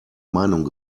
meinung